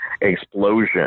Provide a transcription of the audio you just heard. explosion